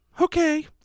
okay